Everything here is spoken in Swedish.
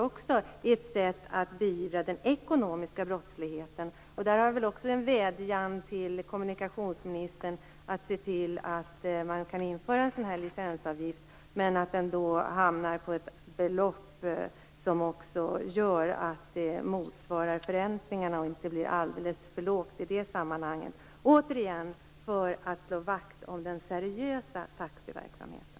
Det är också ett sätt att beivra den ekonomiska brottsligheten. Också där har jag en vädjan till kommunikationsministern om att hon ser till att en licensavgift kan införas inom taxiverksamheten. Men den skall hamna på ett belopp som motsvarar förväntningarna och som inte blir för lågt i sammanhanget. Återigen: Det handlar om att slå vakt om den seriösa taxiverksamheten.